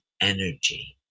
energy